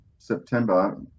September